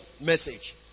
message